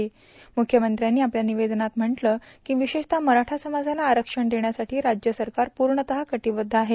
म्रुख्यमंत्र्यांनी आपल्या निवेदनात म्हटले आहे की विशेषतः मराठा समाजाला आरक्षण देण्यासाठी राज्य सरकार पूर्णतः कटिबद्ध आहे